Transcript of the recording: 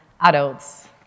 adults